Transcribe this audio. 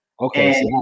Okay